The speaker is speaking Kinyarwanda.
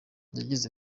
yagize